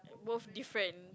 both different